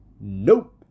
Nope